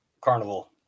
Carnival